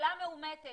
כשחולה מאומתת